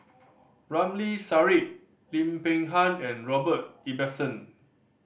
Ramli Sarip Lim Peng Han and Robert Ibbetson